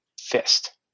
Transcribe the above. fist